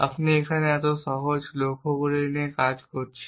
আমরা এখানে এর সহজ লক্ষ্যগুলি নিয়ে কাজ করছি